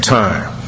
time